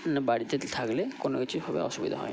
না বাড়িতে থাকলে কোন কিছুভাবে অসুবিধা হয় না